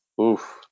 Oof